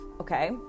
Okay